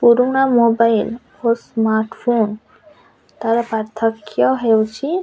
ପୁରୁଣା ମୋବାଇଲ୍ ଓ ସ୍ମାର୍ଟଫୋନ୍ ତା'ର ପାର୍ଥକ୍ୟ ହେଉଛି